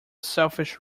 selfish